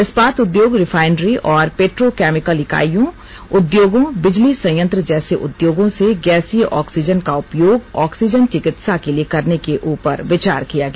इस्पात उद्योग रिफाइनरी और पेट्रोकैमिकल इकाइयों उद्योगों बिजली संयंत्र जैसे उद्योगों से गैसीय ऑक्सीजन का उपयोग ऑक्सीजन चिकित्सा के लिए करने के उपर विचार किया गया